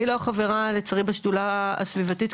אני לא חברה לצערי בשדולה הסביבתית,